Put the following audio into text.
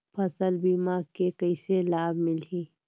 फसल बीमा के कइसे लाभ मिलही?